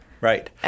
Right